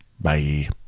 Bye